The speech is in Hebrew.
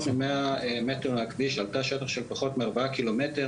מ-100 מטר מהכביש על תא שטח של פחות מארבעה קילומטרים